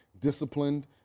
disciplined